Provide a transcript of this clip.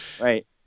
right